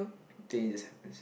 think it just happens